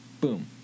boom